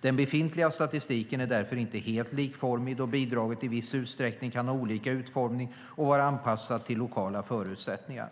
Den befintliga statistiken är därför inte helt likformig då bidraget i viss utsträckning kan ha olika utformning och vara anpassat till lokala förutsättningar.